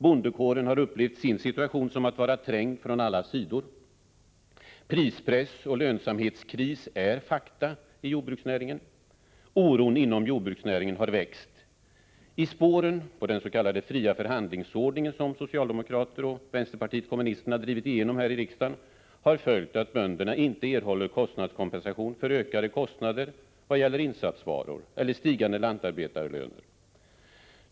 Bondekåren har upplevt sin situation så, att kåren är trängd från alla sidor. Prispress och lönsamhetskris är fakta, och oron inom jordbruksnäringen har vuxit. I spåren på den s.k. fria förhandlingsordningen, som vänsterpartiet kommunisterna och socialdemokraterna har drivit igenom här i riksdagen, har följt att bönderna inte erhåller kostnadskompensation för ökade kostnader när det gäller insatsvaror eller stigande lantarbetarlöner.